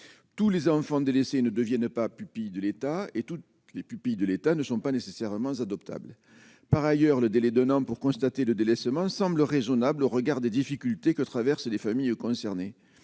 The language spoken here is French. tous les enfants délaissés ne devienne pas pupilles de l'État et toutes les pupilles de l'État ne sont pas nécessairement adoptables par ailleurs, le délai d'un an pour constater le délaissement semble raisonnable au regard des difficultés que traverse des familles concernées,